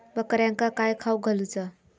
बकऱ्यांका काय खावक घालूचा?